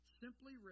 simply